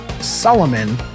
Solomon